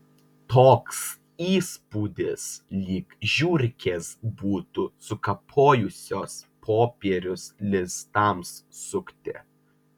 toks įspūdis lyg žiurkės būtų sukapojusios popierius lizdams sukti